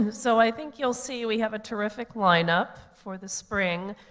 so i think you'll see, we have a terrific lineup for the spring.